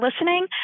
listening